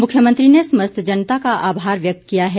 मुख्यमंत्री ने समस्त जनता का आभार व्यक्त किया है